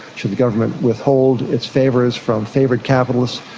should the government withhold its favours from favoured capitalists?